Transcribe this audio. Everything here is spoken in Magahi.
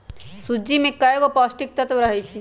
सूज्ज़ी में कएगो पौष्टिक तत्त्व रहै छइ